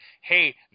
Hey